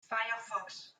firefox